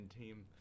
team